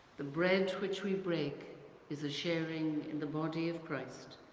the bread which we break is a sharing in the body of christ.